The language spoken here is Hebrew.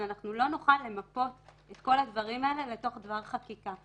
אבל אנחנו לא נוכל למפות את כל הדברים האלה לתוך דבר חקיקה.